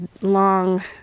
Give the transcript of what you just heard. long